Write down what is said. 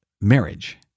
marriage